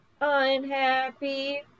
unhappy